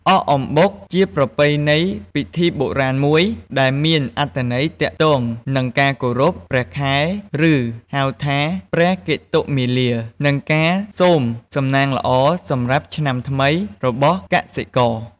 អកអំបុកជាប្រពៃណីពិធីបុរាណមួយ ដែលមានអត្ថន័យទាក់ទងនឹងការគោរព ព្រះខែ ឬហៅថា ព្រះកេតុមាលា និងការសូមសំណាងល្អសម្រាប់ឆ្នាំថ្មីរបស់កសិករ។